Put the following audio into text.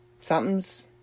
Something's